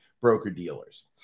broker-dealers